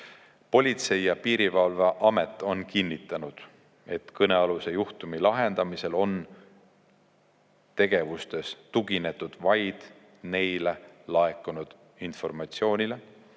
Politsei- ja Piirivalveamet on kinnitanud, et kõnealuse juhtumi lahendamisel on tegevustes tuginetud vaid neile laekunud informatsioonile